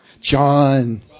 John